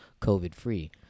COVID-free